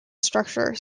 structure